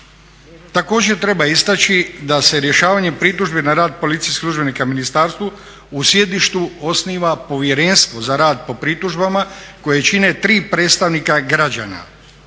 Također treba istaći da se rješavanjem pritužbe na rad policijskih službeniku ministarstvu u sjedištu osniva Povjerenstvo za rad po pritužbama koje čini tri predstavnika građana,